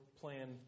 plan